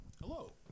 Hello